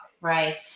Right